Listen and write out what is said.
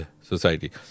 society